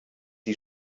die